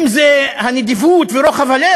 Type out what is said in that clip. אם זה הנדיבות ורוחב הלב,